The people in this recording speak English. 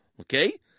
Okay